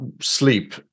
sleep